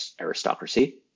aristocracy